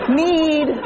need